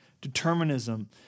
determinism